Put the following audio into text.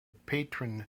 patron